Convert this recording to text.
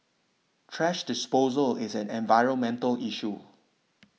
trash disposal is an environmental issue